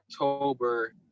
october